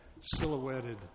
silhouetted